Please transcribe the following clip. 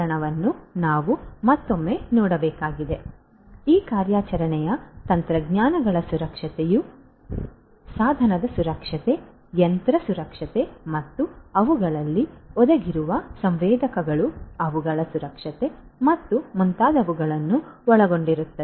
ಆದ್ದರಿಂದ ಈ ಕಾರ್ಯಾಚರಣೆಯ ತಂತ್ರಜ್ಞಾನಗಳ ಸುರಕ್ಷತೆಯು ಸಾಧನದ ಸುರಕ್ಷತೆ ಯಂತ್ರ ಸುರಕ್ಷತೆ ಮತ್ತು ಅವುಗಳಲ್ಲಿ ಹುದುಗಿರುವ ಸಂವೇದಕಗಳು ಅವುಗಳ ಸುರಕ್ಷತೆ ಮತ್ತು ಮುಂತಾದವುಗಳನ್ನು ಒಳಗೊಂಡಿರುತ್ತದೆ